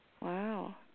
Wow